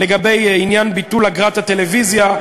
לגבי עניין ביטול אגרת הטלוויזיה,